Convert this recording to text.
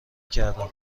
کردن